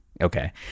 Okay